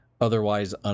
otherwise